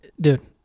dude